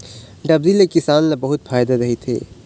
डबरी ले किसान ल बहुत फायदा रहिथे